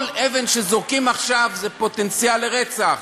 כל אבן שזורקים עכשיו זה פוטנציאל לרצח.